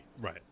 Right